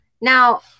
Now